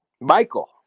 Michael